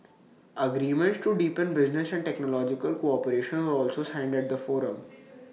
agreements to deepen business and technological cooperation were also signed at the forum